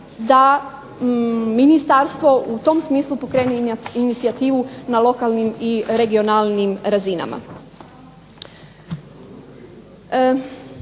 da ministarstvo u tom smislu pokrene inicijativu na lokalnim i regionalnim razinama.